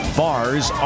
bars